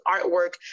artwork